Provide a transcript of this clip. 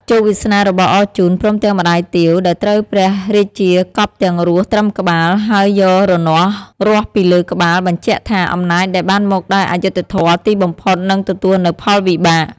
ជោគវាសនារបស់អរជូន ព្រមទាំងម្តាយទាវ ដែលត្រូវព្រះរាជាកប់ទាំងរស់ត្រឹមក្បាល ហើយយករនាស់រាស់ពីលើក្បាល បញ្ជាក់ថា អំណាចដែលបានមកដោយអយុត្តិធម៌ ទីបំផុតនឹងទទួលនូវផលវិបាក។